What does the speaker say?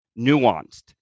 nuanced